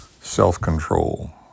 self-control